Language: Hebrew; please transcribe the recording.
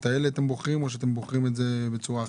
האלה או שאתם בוחרים את זה בצורה אחרת?